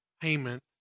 payment